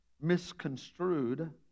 misconstrued